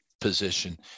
position